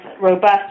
robust